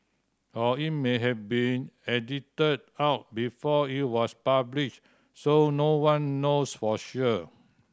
or it may have been edited out before it was published so no one knows for sure